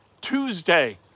Tuesday